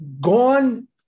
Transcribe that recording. gone